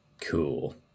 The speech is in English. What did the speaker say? Cool